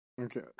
Okay